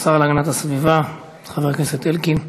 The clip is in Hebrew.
השר להגנת הסביבה חבר הכנסת אלקין.